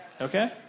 Okay